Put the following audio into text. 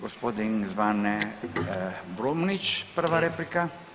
Gospodin Zvane Brumnić prva replika.